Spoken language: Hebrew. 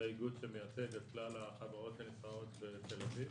זה האיגוד שמייצג את כלל החברות שנמצאות בתל אביב,